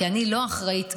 כי אני לא אחראית,